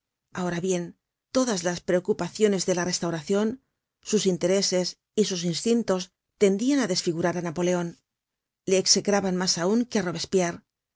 ahora bien todas las preocupaciones de la restauracion sus intereses y sus instintos tendian á desfigurar á napoleon le execraban mas aun que